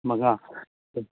ꯃꯉꯥ